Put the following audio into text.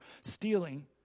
stealing